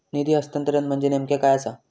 निधी हस्तांतरण म्हणजे नेमक्या काय आसा?